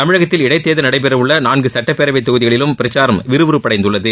தமிழகத்தில் இடைத்தேர்தல் நடைபெறவுள்ள நான்கு சட்டப்பேரவைத் தொகுதிகளிலும் பிரச்சாரம் விறுவிறுப்படைந்துள்ளது